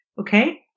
Okay